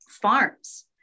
farms